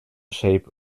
shape